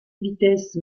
vitesses